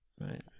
right